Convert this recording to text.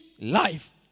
life